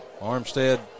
Armstead